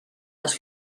les